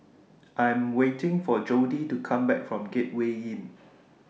I Am waiting For Jody to Come Back from Gateway Inn